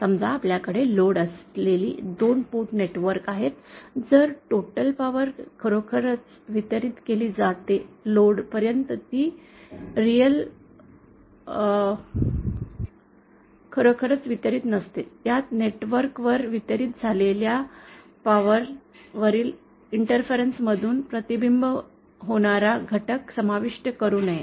समजा आपल्याकडे लोड असलेले 2 पोर्ट नेटवर्क आहे तर टोटल पॉवर खरोखर वितरित केली जाते लोड पर्यंत ती खरोखरच वितरित नसते त्यात नेटवर्क वर वितरित झालेल्या पॉवर वरील इंटरफेस मधून प्रतिबिंबित होणारा घटक समाविष्ट करू नये